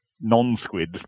non-squid